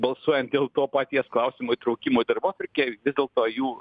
balsuojant dėl to paties klausimo įtraukimo į darbotvarkę vis dėlto jų